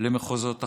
למחוזות אחרים.